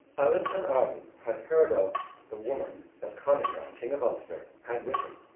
allen and arden had heard of the woman that connachar, king of ulster, had with him,